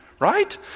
Right